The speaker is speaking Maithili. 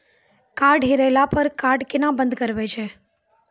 कार्ड हेरैला पर कार्ड केना बंद करबै छै?